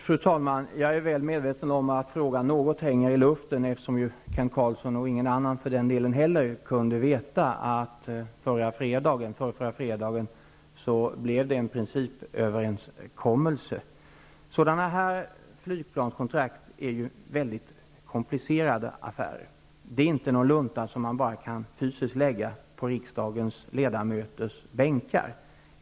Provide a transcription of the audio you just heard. Fru talman! Jag är väl medveten om att frågan något hänger i luften. Varken Kent Carlsson eller någon annan kunde ju veta att det förrförra fredagen träffades en principöverenskommelse. Sådana här flygplanskontrakt är ju väldigt komplicerade affärer. Det är inte fråga om en lunta som fysiskt kan läggas på riksdagsledamöternas bänkar.